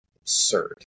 absurd